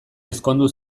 ezkondu